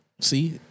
See